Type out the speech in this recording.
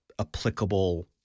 applicable